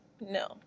No